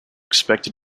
expected